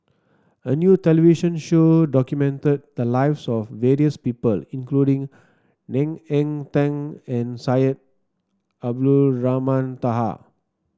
a new television show documented the lives of various people including Ng Eng Teng and Syed Abdulrahman Taha